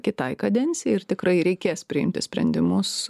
kitai kadencijai ir tikrai reikės priimti sprendimus